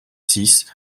six